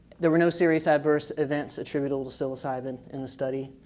there were no series adverse events attributable to psilocybin in the study,